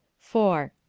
four.